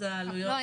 לא,